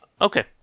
Okay